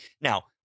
Now